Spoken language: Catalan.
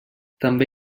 també